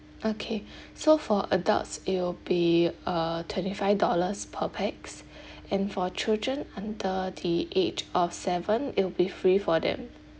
okay so for adults it will be uh twenty five dollars per pax and for children under the age of seven it'll be free for them